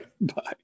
bye